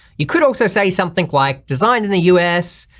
you could also say something like designed in the u s.